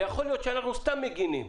ויכול להיות שאנחנו סתם מגינים,